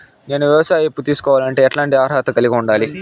నేను వ్యవసాయ అప్పు తీసుకోవాలంటే ఎట్లాంటి అర్హత కలిగి ఉండాలి?